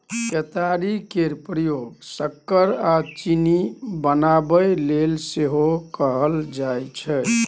केतारी केर प्रयोग सक्कर आ चीनी बनाबय लेल सेहो कएल जाइ छै